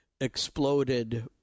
exploded